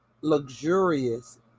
Luxurious